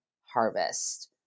harvest